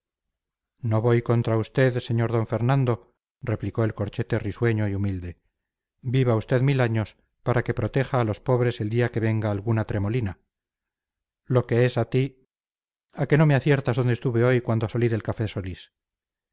no voy contra usted sr d fernandito replicó el corchete risueño y humilde viva usted mil años para que proteja a los pobres el día que venga alguna tremolina lo que es a ti a que no me aciertas dónde estuve hoy cuando salí del café de solís